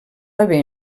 haver